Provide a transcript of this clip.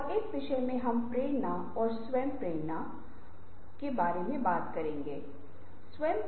और इन विषयों में हम रचनात्मकता और नवीनीकरण के बीच अंतर को कवर आवरण